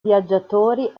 viaggiatori